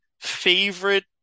favorite